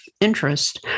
interest